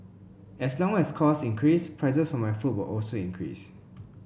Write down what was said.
as long as costs increase prices for my food will also increase